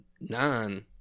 nine